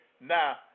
Now